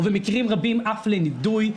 ובמקרים רבים אף לנידוי.